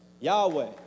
Yahweh